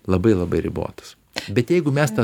labai labai ribotas bet jeigu mes tas